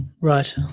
Right